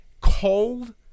cold